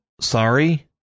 sorry